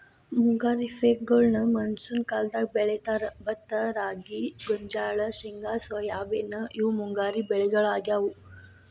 ಮುಂಗಾರಿ ಪೇಕಗೋಳ್ನ ಮಾನ್ಸೂನ್ ಕಾಲದಾಗ ಬೆಳೇತಾರ, ಭತ್ತ ರಾಗಿ, ಗೋಂಜಾಳ, ಶೇಂಗಾ ಸೋಯಾಬೇನ್ ಇವು ಮುಂಗಾರಿ ಬೆಳಿಗೊಳಾಗ್ಯಾವು